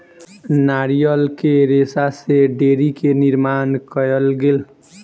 नारियल के रेशा से डोरी के निर्माण कयल गेल